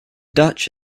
dutch